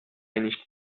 nicht